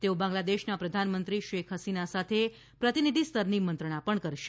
તેઓ બાંગ્લાદેશના પ્રધાનમંત્રી શેખ હસીના સાથે પ્રતિનિધિ સ્તરની મંત્રણા પણ કરશે